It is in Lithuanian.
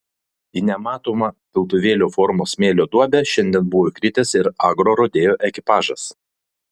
į nematomą piltuvėlio formos smėlio duobę šiandien buvo įkritęs ir agrorodeo ekipažas